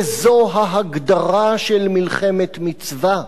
וזו ההגדרה של מלחמת מצווה,